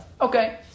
okay